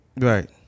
Right